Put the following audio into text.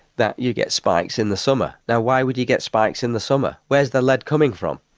that you get spikes in the summer. now, why would you get spikes in the summer? where's the lead coming from?